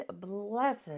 blessed